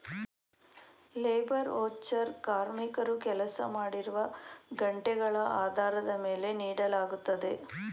labour voucher ಕಾರ್ಮಿಕರು ಕೆಲಸ ಮಾಡಿರುವ ಗಂಟೆಗಳ ಆಧಾರದ ಮೇಲೆ ನೀಡಲಾಗುತ್ತದೆ